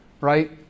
Right